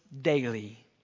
daily